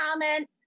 comment